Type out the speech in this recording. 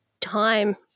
time